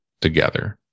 together